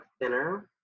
thinner